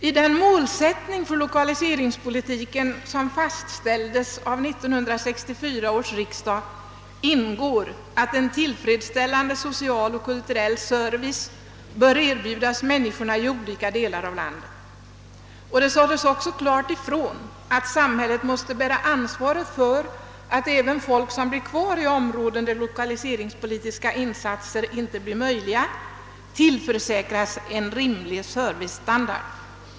I den målsättning för lokaliseringspolitiken som fastställdes av 1964 års riksdag ingår att en tillfredsställande social och kulturell service bör erbjudas människorna i olika delar av landet. Det sades också klart ifrån, att samhället måste bära ansvaret för att även människor, som stannar kvar i områden där lokaliseringspolitiska insatser inte blir möjliga, tillförsäkras en rimlig servicestandard.